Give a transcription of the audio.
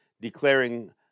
declaring